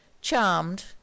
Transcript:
charmed